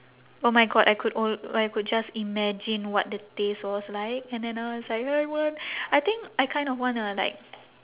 oh my god I could al~ I could just imagine what the taste was like and then I was like I want I think I kind of wanna like